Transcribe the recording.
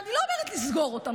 שאני לא אומרת לסגור אותם,